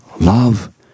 Love